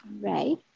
Right